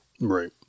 Right